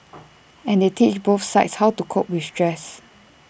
and they teach both sides how to cope with stress